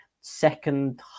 second